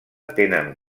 tenen